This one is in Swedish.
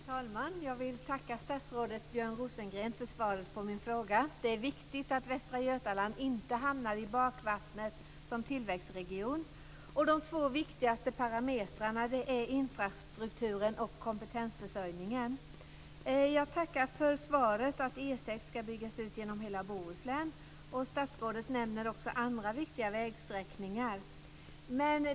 Fru talman! Jag vill tacka statsrådet Björn Rosengren för svaret på min fråga. Det är viktigt att Västra Götaland inte hamnar i bakvattnet som tillväxtregion. Det två viktigaste parametrarna är infrastrukturen och kompetensförsörjningen. Jag tackar för svaret att E 6 ska byggas ut genom hela Bohuslän. Statsrådet nämner också andra viktiga vägsträckningar.